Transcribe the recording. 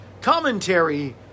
commentary